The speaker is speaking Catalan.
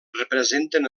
representen